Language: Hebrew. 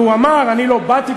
והוא אמר: אני לא באתי,